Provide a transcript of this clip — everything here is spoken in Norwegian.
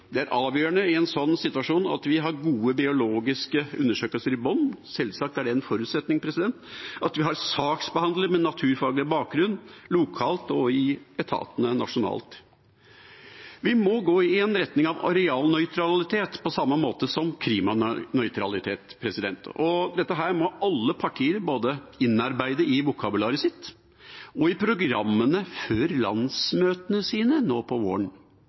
Det er avgjørende i en sånn situasjon at vi har gode biologiske undersøkelser i bunnen – selvsagt er det en forutsetning – og at vi har saksbehandlere med naturfaglig bakgrunn, lokalt og i etatene nasjonalt. Vi må gå i en retning av arealnøytralitet på samme måte som med klimanøytralitet. Dette må alle partier innarbeide både i vokabularet sitt og i programmene før landsmøtene sine nå på våren.